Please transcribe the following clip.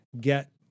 get